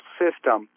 system